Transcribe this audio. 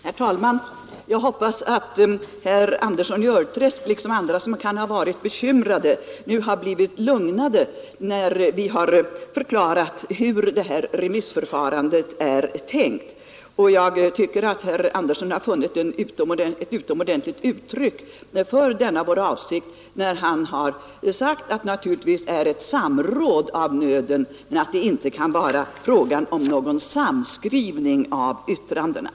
Herr talman! Jag hoppas att herr Andersson i Örträsk liksom andra som kan ha varit bekymrade nu har blivit lugnade, när vi har förklarat hur detta remissförfarande är tänkt. Jag tycker att herr Andersson funnit ett utomordentligt uttryck för denna vår avsikt när han sagt att ett samråd naturligtvis är av nöden men att det inte kan vara fråga om någon samskrivning av yttrandena.